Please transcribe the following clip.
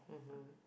mmhmm